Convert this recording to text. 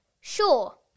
Sure